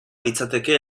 litzateke